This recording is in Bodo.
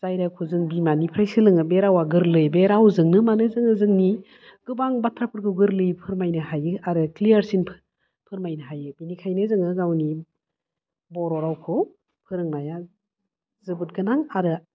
जाय रावखौ जों बिमानिफ्राय सोलोङो बे रावआ गोरलै बे रावजोंनो मानो जोङो जोंनि गोबां बाथ्राफोरखौ गोरलैयै फोरमायनो हायो आरो क्लियारसिन फोरमायनो हायो बिनिखायनो जोङो गावनि बर' रावखौ फोरोंनाया जोबोद गोनां आरो